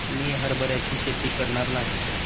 मी हरभऱ्याची शेती करणार नाही